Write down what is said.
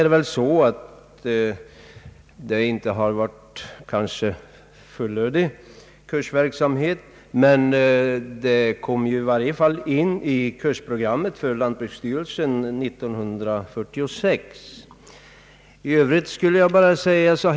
Det har kanske inte varit någon fullödig kursverksamhet, men kurser för det här ändamålet togs ändå upp på lantbruksstyrelsens kursprogram för år 1946.